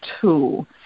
tool